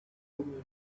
thummim